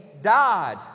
died